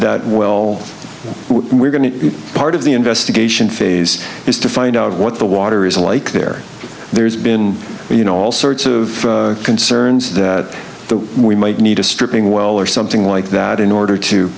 that well we're going to part of the investigation phase is to find out what the water is like there there's been you know all sorts of concerns that the we might need a stripping well or something like that in order to